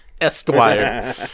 esquire